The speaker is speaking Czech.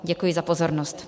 Děkuji za pozornost.